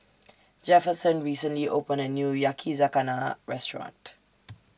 Jefferson recently opened A New Yakizakana Restaurant